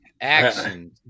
Action